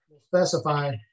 specify